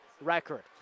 record